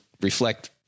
reflect